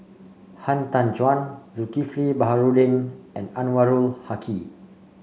Han Tan Juan Zulkifli Baharudin and Anwarul Haque